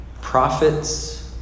prophets